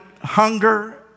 hunger